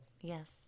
Yes